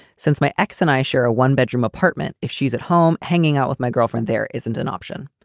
since my ex and i share a one bedroom apartment, if she's at home hanging out with my girlfriend, there isn't an option.